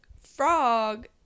frog